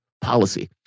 policy